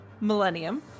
Millennium